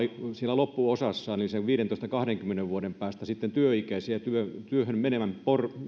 loppuosassa sitten viidentoista viiva kahdenkymmenen vuoden päästä työikäisiä ja juuri